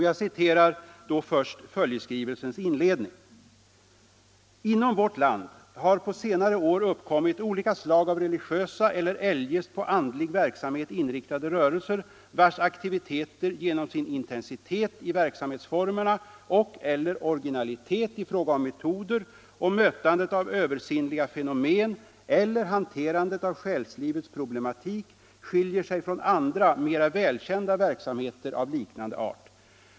Jag citerar först skrivelsens inledning: ”Inom vårt land har på senare år uppkommit olika slag av religiösa eller eljest på andlig verksamhet inriktade rörelser, vars aktiviteter genom sin intensitet i verksamhetsformerna och/eller originalitet i fråga om metoder och mötandet av översinnliga fe nomen eller hanterandet av själslivets problematik skiljer sig från andra mera välkända verksamheterav liknandeart.